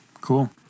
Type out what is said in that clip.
Cool